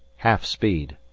half speed!